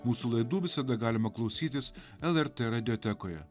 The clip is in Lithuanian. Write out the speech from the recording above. mūsų laidų visada galima klausytis lrt radiotekoje